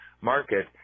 market